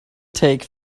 take